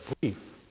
brief